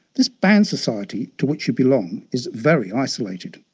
this band society to which you belong is very isolated.